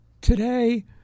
Today